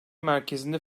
merkezinde